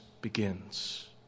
begins